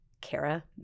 Kara